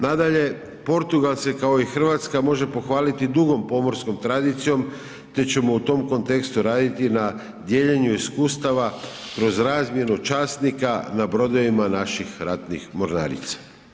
Nadalje, Portugal se kao i Hrvatska može pohvaliti dugom pomorskom tradicijom te ćemo u tom kontekstu raditi na dijeljenju iskustava kroz razmjenu časnika na brodovima naših ratnih mornarica.